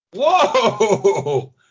Whoa